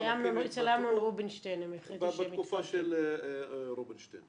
בתקופה של רובינשטיין